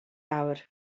awr